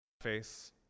face